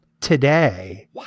today